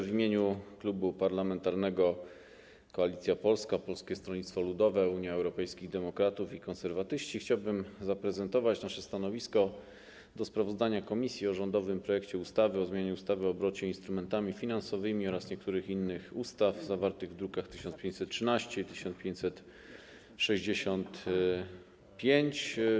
W imieniu Klubu Parlamentarnego Koalicja Polska - Polskie Stronnictwo Ludowe, Unia Europejskich Demokratów, Konserwatyści chciałbym zaprezentować nasze stanowisko wobec sprawozdania komisji o rządowym projekcie ustawy o zmianie ustawy o obrocie instrumentami finansowymi oraz niektórych innych ustaw druki nr 1513 i 1565.